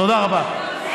תודה רבה.